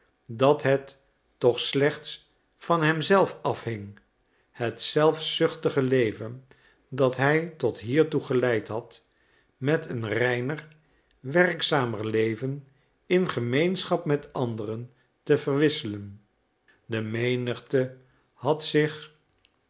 dat het toch slechts van hem zelf afhing het zelfzuchtige leven dat hij tot hiertoe geleid had met een reiner werkzamer leven in gemeenschap met anderen te verwisselen de menigte had zich